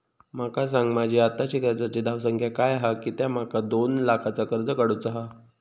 माका सांगा माझी आत्ताची कर्जाची धावसंख्या काय हा कित्या माका दोन लाखाचा कर्ज काढू चा हा?